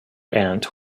aunt